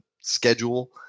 schedule